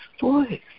voice